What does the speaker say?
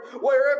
wherever